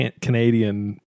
Canadian